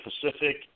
Pacific